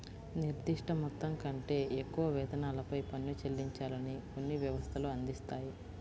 నిర్దిష్ట మొత్తం కంటే ఎక్కువ వేతనాలపై పన్ను చెల్లించాలని కొన్ని వ్యవస్థలు అందిస్తాయి